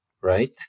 right